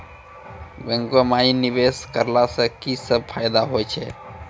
बैंको माई निवेश कराला से की सब फ़ायदा हो छै?